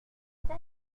quant